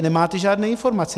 Nemáte žádné informace.